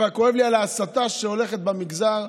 אבל כואב לי על ההסתה שהולכת במגזר,